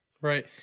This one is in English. Right